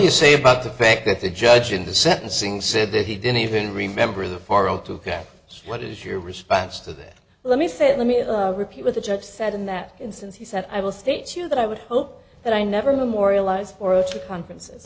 you say about the fact that the judge in the sentencing said that he didn't even remember the pharo to cap what is your response to that let me say let me repeat what the judge said in that instance he said i will state you that i would hope that i never memorialize or conferences